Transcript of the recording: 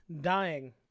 dying